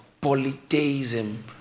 Polytheism